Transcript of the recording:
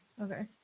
Okay